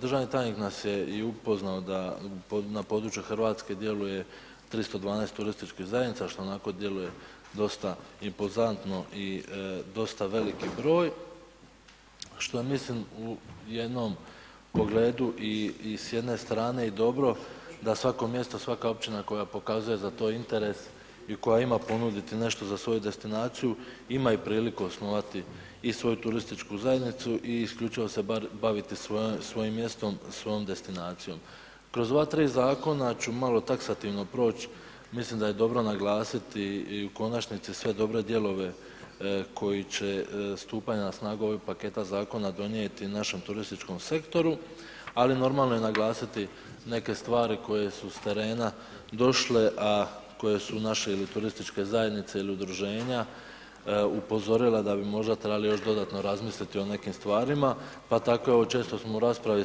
Državni tajnik nas je upoznao da ma području Hrvatske djeluje 312 turističkih zajednica što onako djeluje dosta impozantno i dosta velik broj što je mislim u jednom pogledu i s jedne strane i dobro da svako mjesto, svaka općina koja pokazuje za to interes i koja ima ponuditi nešto za svoju destinaciju, ima i priliku osnovati i svoju turističku zajednicu i isključivo se baviti svojim mjestom, svojom destinacijom, Kroz ova tri zakona ću malo taksativno proć, mislim da je dobro naglasiti i u konačnici sve dobre dijelove koji će stupanjem na snagu ovih paketa zakona donijeti našem turističkom sektoru ali normalno je naglasiti neke stvari koje su s terena došle a koje su naše ili turističke zajednice ili udruženja upozorile da bi možda trebali još dodatno razmisliti o nekim stvarima pa tako evo često smo u raspravi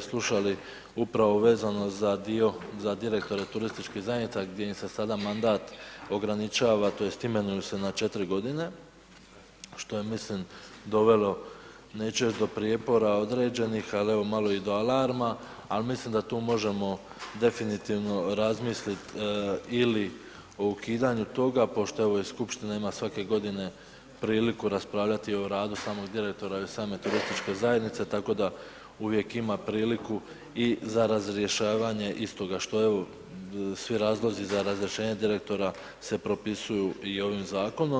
slušali upravo vezano za dio za direktore turističkih zajednica gdje im se sada mandat ograničava tj. imenuju se na 4 g. što je mislim dovelo, neću reći do prijepora određenih ali evo malo i do alarma ali mislim da tu možemo definitivno razmisliti ili o ukidanju toga pošto evo i skupština ima svake godine priliku raspravljati o radu samog direktora i same turističke zajednice tako da uvijek ima priliku i za razrješavanje istoga što je evo svi razlozi za razrješenje direktora se propisuju i ovim zakonom.